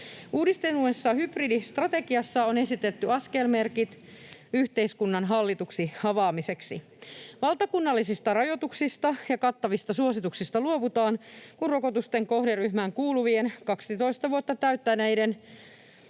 Uudistetussa hybridistrategiassa on esitetty askelmerkit yhteiskunnan hallituksi avaamiseksi. Valtakunnallisista rajoituksista ja kattavista suosituksista luovutaan, kun rokotusten kohderyhmään kuuluvien, 12 vuotta täyttäneiden,